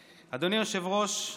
היושב-ראש,